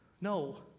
No